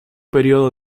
período